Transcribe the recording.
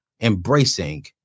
embracing